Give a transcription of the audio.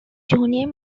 junior